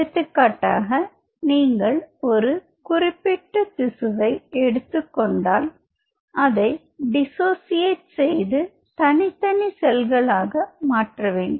எடுத்துக்காட்டாக நீங்கள் ஒரு குறிப்பிட்ட திசுவை எடுத்துக்கொண்டால் அதை டிஸ்ஸோசியேட் செய்து தனித்தனி செல்களாக மாற்றவேண்டும்